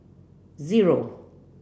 zero